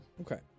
Okay